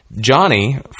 Johnny